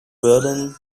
berlin